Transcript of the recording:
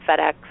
FedEx